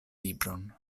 libron